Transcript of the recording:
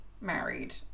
married